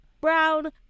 brown